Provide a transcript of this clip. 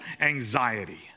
anxiety